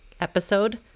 episode